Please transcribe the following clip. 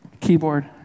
Keyboard